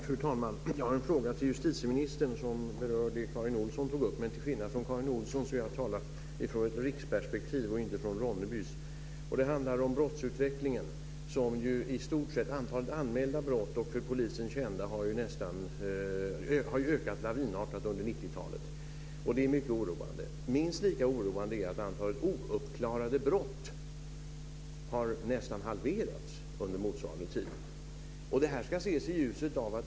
Fru talman! Jag har en fråga till justitieministern, som berör det Karin Olsson tog upp. Men till skillnad från Karin Olsson ska jag tala utifrån ett riksperspektiv, inte utifrån ett Ronnebyperspektiv. Det handlar om brottsutvecklingen. Antalet anmälda brott och för polisen kända brott har ju ökat lavinartat under 90-talet. Det är mycket oroande. Minst lika oroande är att antalet uppklarade brott nästan har halverats under motsvarande tid.